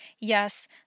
yes